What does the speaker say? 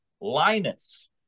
Linus